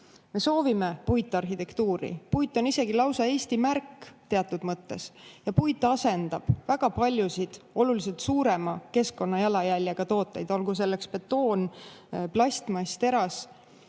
Me soovime puitarhitektuuri. Puit on isegi lausa Eesti märk, teatud mõttes. Ja puit asendab väga paljusid oluliselt suurema keskkonnajalajäljega tooteid, olgu betoon, plastmass või teras.